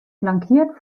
flankiert